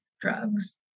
drugs